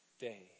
day